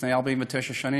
לפני 49 שנים.